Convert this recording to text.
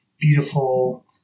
beautiful